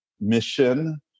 mission